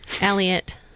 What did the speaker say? Elliot